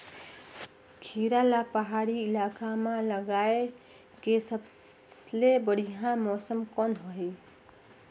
खीरा ला पहाड़ी इलाका मां लगाय के सबले बढ़िया मौसम कोन हवे?